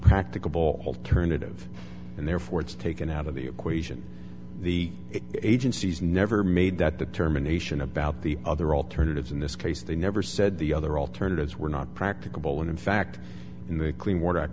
practicable turn it of and therefore it's taken out of the equation the agencies never made that determination about the other alternatives in this case they never said the other alternatives were not practicable and in fact in the clean water a